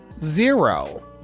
zero